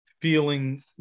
feeling